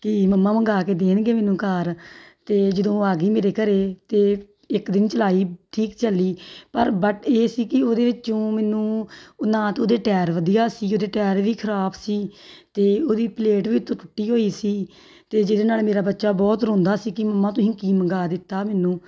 ਕਿ ਮੰਮਾ ਮੰਗਵਾ ਕੇ ਦੇਣਗੇ ਮੈਨੂੰ ਕਾਰ ਅਤੇ ਜਦੋਂ ਆ ਗਈ ਮੇਰੇ ਘਰੇ ਤਾਂ ਇੱਕ ਦਿਨ ਚਲਾਈ ਠੀਕ ਚੱਲੀ ਪਰ ਬਟ ਇਹ ਸੀ ਕਿ ਉਹਦੇ ਵਿੱਚੋਂ ਮੈਨੂੰ ਉਹ ਨਾ ਤਾਂ ਉਹਦੇ ਟਾਇਰ ਵਧੀਆ ਸੀ ਉਹਦੇ ਟਾਇਰ ਵੀ ਖਰਾਬ ਸੀ ਅਤੇ ਉਹਦੀ ਪਲੇਟ ਵੀ ਉੱਤੋਂ ਟੁੱਟੀ ਹੋਈ ਸੀ ਅਤੇ ਜਿਹਦੇ ਨਾਲ ਮੇਰਾ ਬੱਚਾ ਬਹੁਤ ਰੋਂਦਾ ਸੀ ਕਿ ਮੰਮਾ ਤੁਸੀਂ ਕੀ ਮੰਗਵਾ ਦਿੱਤਾ ਮੈਨੂੰ